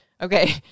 okay